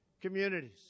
communities